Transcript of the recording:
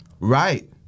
Right